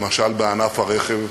למשל בענף הרכב,